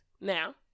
Now